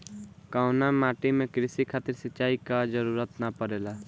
कउना माटी में क़ृषि खातिर सिंचाई क जरूरत ना पड़ेला?